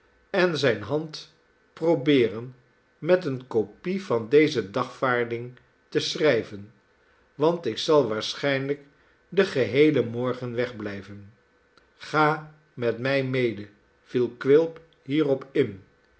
en zijne hand probeeren met eenekopie van deze dagvaarding te schrijven want ik zal waarschynlijk den geheelen morgen wegblijven ga met mij mede viel quilp hierop in